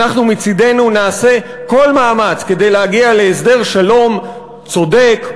אנחנו מצדנו נעשה כל מאמץ כדי להגיע להסדר שלום צודק,